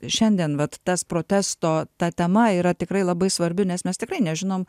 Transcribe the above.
šiandien vat tas protesto ta tema yra tikrai labai svarbi nes mes tikrai nežinom